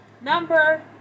number